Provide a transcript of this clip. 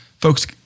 folks